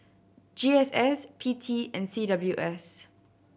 G S S P T and C W S